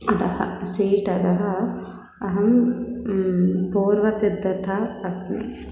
अधः सीट् अधः अहं पूर्वसिद्धता अस्मि